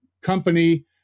company